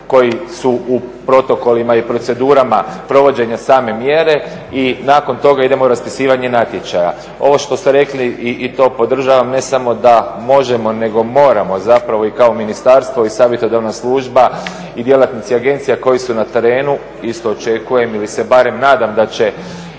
koji su u protokolima i procedurama provođenja same mjere i nakon toga idemo u raspisivanje natječaja. Ovo što ste rekli i to podržavam, ne samo da možemo nego moramo zapravo i kao ministarstvo i savjetodavna služba i djelatnici agencija koji su na terenu isto očekujem ili se barem nadam da i